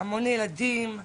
המון ילדים,